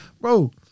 Bro